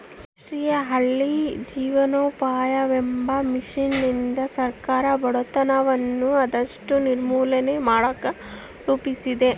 ರಾಷ್ಟ್ರೀಯ ಹಳ್ಳಿ ಜೀವನೋಪಾಯವೆಂಬ ಮಿಷನ್ನಿಂದ ಸರ್ಕಾರ ಬಡತನವನ್ನ ಆದಷ್ಟು ನಿರ್ಮೂಲನೆ ಮಾಡಕ ರೂಪಿಸಿದೆ